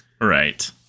Right